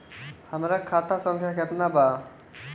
हमरा खाता संख्या केतना बा?